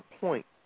point